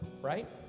right